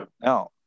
Now